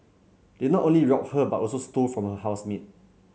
they not only robbed her but also stole from her housemate